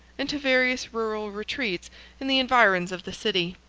and to various rural retreats in the environs of the city.